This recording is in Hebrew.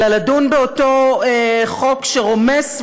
אלא לדון באותו חוק שרומס,